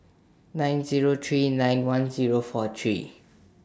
nine Zero three nine one Zero four three